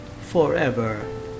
forever